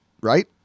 right